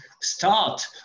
start